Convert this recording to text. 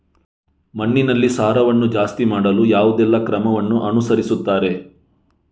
ಮಣ್ಣಿನಲ್ಲಿ ಸಾರವನ್ನು ಜಾಸ್ತಿ ಮಾಡಲು ಯಾವುದೆಲ್ಲ ಕ್ರಮವನ್ನು ಅನುಸರಿಸುತ್ತಾರೆ